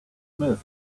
myth